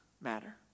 matter